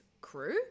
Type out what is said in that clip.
crew